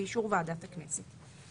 באישור ועדת הכנסת.